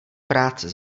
práce